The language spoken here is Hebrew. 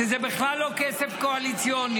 שזה בכלל לא כסף קואליציוני.